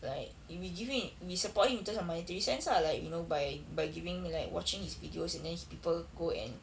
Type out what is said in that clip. like we give him we support him in terms of monetary sense ah like you know by by giving like watching his videos and then h~ people go and